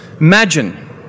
Imagine